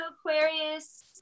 Aquarius